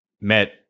met